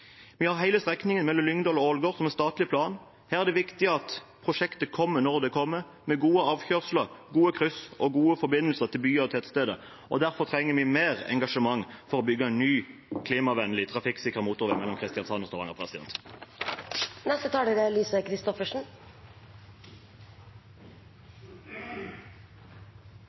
Vi har hele strekningen mellom Lyngdal og Ålgård, som er statlig plan. Her er det viktig at prosjektet kommer når det kommer, med gode avkjørsler, gode kryss og gode forbindelser til byer og tettsteder. Derfor trenger vi mer engasjement for å bygge en ny, klimavennlig og trafikksikker motorvei mellom Kristiansand og Stavanger.